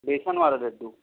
بیسن والا لڈو